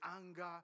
anger